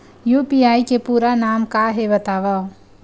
UPI के पूरा नाम का हे बतावव?